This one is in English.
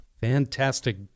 Fantastic